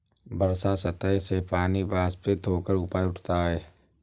वर्षा सतह से पानी वाष्पित होकर ऊपर उठता है